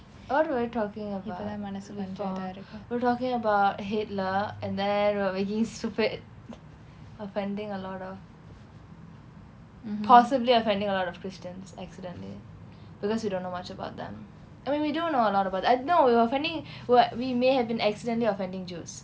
what were we talking about before we're talking about hitler and then we were making stupid offending a lot of possibly offending a lot of christians accidentally because we don't know much about them I mean we do know a lot about I no we were offending [what] we may have been accidently offending jews